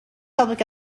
public